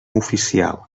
oficial